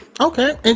Okay